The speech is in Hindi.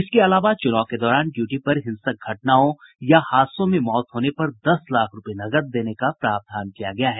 इसके अलावा चुनाव के दौरान ड्यूटी पर हिंसक घटनाओं या हादसों में मौत होने पर दस लाख रूपये नकद देने का प्रावधान किया गया है